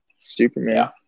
Superman